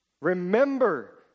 Remember